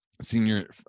Senior